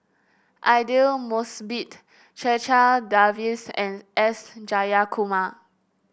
Aidli Mosbit Checha Davies and S Jayakumar